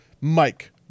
Mike